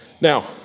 Now